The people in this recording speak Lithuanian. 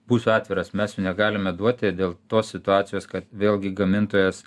būsiu atviras mes jų negalime duoti dėl tos situacijos kad vėlgi gamintojas